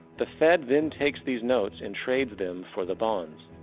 the fed than takes these notes and trades them for the bonds.